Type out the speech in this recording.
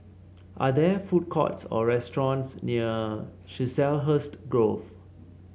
are there food courts or restaurants near Chiselhurst Grove